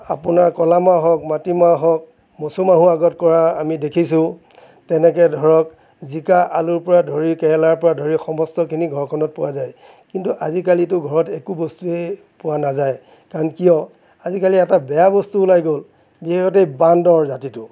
আপোনাৰ ক'লামাহ হওক মাটিমাহ হওক মচুমাহো আগত কৰা আমি দেখিছোঁ তেনেকৈ ধৰক জিকা আলুৰপৰা ধৰি কেৰেলাৰপৰা ধৰি সমস্তখিনি ঘৰখনত পোৱা যায় কিন্তু আজিকালিতো ঘৰত একো বস্তুৱে পোৱা নাযায় কাৰণ কিয় আজিকালি এটা বেয়া বস্তু ওলাই গ'ল সিহঁত এই বান্দৰ জাতিটো